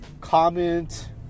comment